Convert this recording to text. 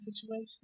situation